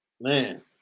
Man